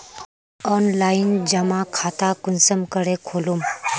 Online जमा खाता कुंसम करे खोलूम?